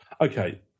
Okay